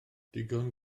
digon